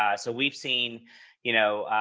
ah so we've seen you know